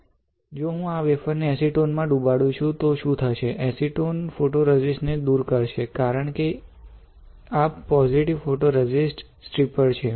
જો હું આ વેફર ને એસીટોન માં ડુબાડુ છું તો શું થશે એસીટોન ફોટોરેઝિસ્ટ ને દુર કરશે કારણ કે આ પોજિટિવ ફોટોરેઝિસ્ટ સ્ટ્રીપર છે